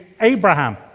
Abraham